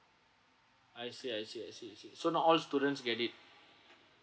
I see I see I see I see so not all students get it